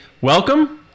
welcome